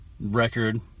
record